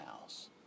house